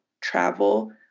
travel